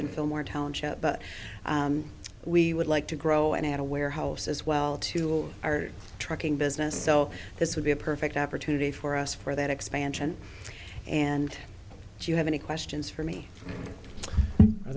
fillmore township but we would like to grow at a warehouse as well to our trucking business so this would be a perfect opportunity for us for that expansion and do you have any questions for me are